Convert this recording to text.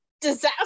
Disaster